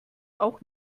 auch